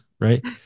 right